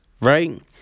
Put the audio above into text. right